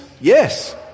Yes